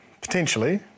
potentially